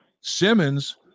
Simmons